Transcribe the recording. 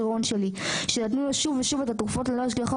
רון שלי שנתנו לו שוב ושוב את התרופות ללא השגחה,